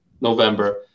November